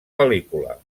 pel·lícula